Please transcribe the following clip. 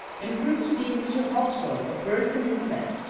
and proved to be mr. hauxwell of birds and insects,